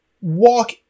walk